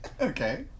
Okay